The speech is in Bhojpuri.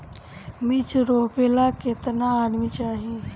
मिर्च रोपेला केतना आदमी चाही?